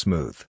Smooth